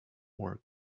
moor